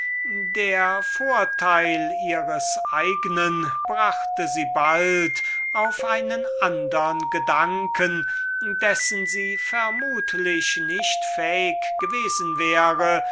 das interesse ihres eignen brachte sie bald auf einen andern gedanken dessen sie vermutlich nicht fähig gewesen wäre